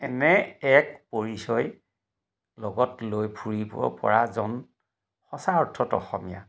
এনে এক পৰিচয় লগত লৈ ফুৰিব পৰাজন সঁচা অৰ্থত অসমীয়া